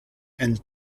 and